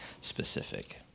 specific